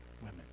women